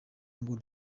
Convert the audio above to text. ngo